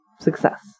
Success